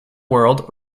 world